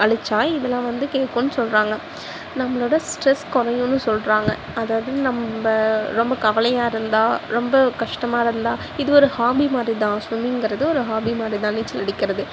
அடித்தா இதெலாம் வந்து கேட்குன்னு சொல்கிறாங்க நம்மளோடய ஸ்டிரெஸ் குறையும்னு சொல்கிறாங்க அதாவது நம்ம ரொம்ப கவலையாக இருந்தால் ரொம்ப கஷ்டமாக இருந்தால் இது ஒரு ஹாஃபி மாரிதான் ஸ்விம்மிங்கிறது ஒரு ஹாஃபி மாரிதான் நீச்சல் அடிக்கிறது